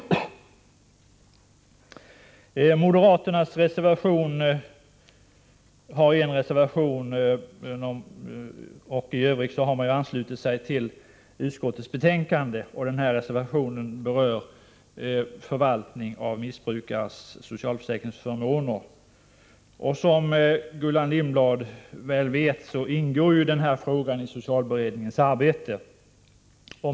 Moderaterna har lämnat en reservation. I övrigt har de anslutit sig till utskottets betänkande. Moderaternas reservation berör förvaltning av missbrukares socialförsäkringsförmåner. Som Gullan Lindblad väl vet ingår denna fråga i socialberedningens arbete.